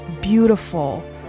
beautiful